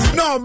no